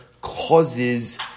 causes